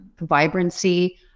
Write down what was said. vibrancy